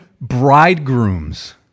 Bridegrooms